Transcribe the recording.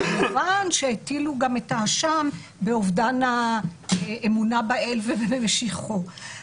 כמובן שהטילו גם את האשם באובדן האמונה באל ובמשיחו.